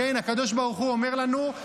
הקדוש ברוך הוא אומר לנו: